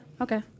Okay